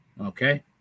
Okay